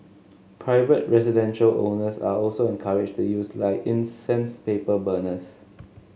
private residential owners are also encouraged to use like incense paper burners